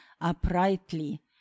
uprightly